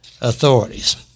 authorities